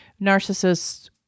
narcissists